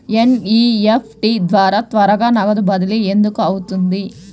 NEFT ద్వారా త్వరగా నగదు బదిలీ ఎందుకు అవుతుంది?